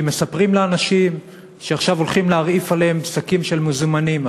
כי מספרים לאנשים שעכשיו הולכים להרעיף עליהם שקים של מזומנים,